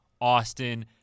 austin